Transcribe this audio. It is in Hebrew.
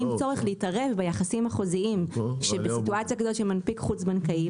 צורך להתערב ביחסים החוזיים שבסיטואציה כזאת של מנפיק חוץ בנקאי,